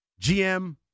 GM